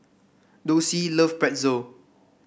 Dulcie love Pretzel